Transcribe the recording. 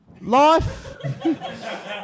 life